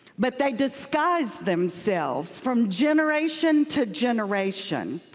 but they disguise themselves from generation to generation.